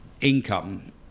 income